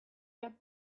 get